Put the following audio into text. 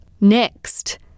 Next